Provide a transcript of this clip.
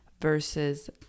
versus